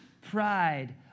pride